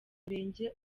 murenge